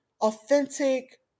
authentic